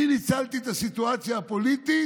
אני ניצלתי את הסיטואציה הפוליטית,